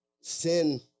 sin